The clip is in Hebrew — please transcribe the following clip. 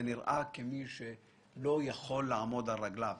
כמי שלא יכול לעמוד על רגליו.